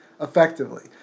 effectively